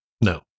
no